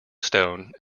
stone